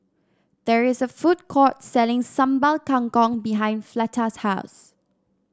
there is a food court selling Sambal Kangkong behind Fleta's house